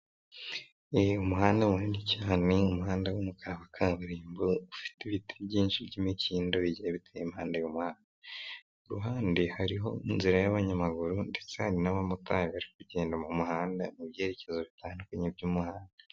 Ni umuhanda munini cyane, ni umuhanda w'umukara wa kaburimbo ufite ibiti byinshi by'imikindo, bigiye biteye impanda y'umuhanda, ku ruhande hariho inzira y'abanyamaguru ndetse hari n'abamotari bari kugenda mu muhanda mu byerekezo bitandukanye by'umuhanda.